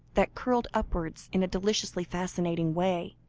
that curled upwards in a deliciously fascinating way.